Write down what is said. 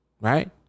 right